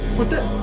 what the?